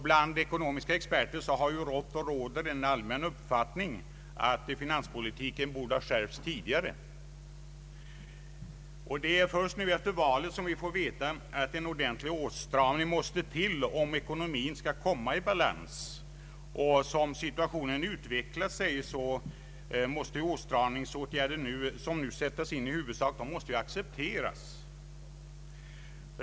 Bland ekonomiska experter har rått och råder en allmän uppfattning att finanspolitiken borde ha skärpts tidigare. Det är först nu efter valet som vi får veta att en ordentlig åtstramning måste till om ekonomin skall komma i balans. Som situationen utvecklat sig måste de åtstramningsåtgärder som nu satts in i huvudsak accepteras.